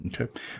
Okay